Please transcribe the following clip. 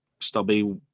stubby